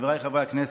חבריי חברי הכנסת,